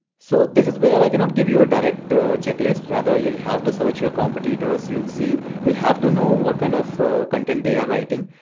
so this is where i cannot give you a direct checklist, rather you'll have to search your competitors, you'll see you'll have to know what kind of content they are writing.